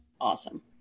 awesome